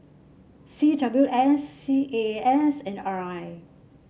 C W S C A A S and R I